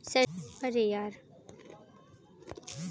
सरसों की फसल में लगने वाले अल नामक कीट को कैसे रोका जाए?